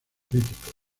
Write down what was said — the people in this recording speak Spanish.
críticos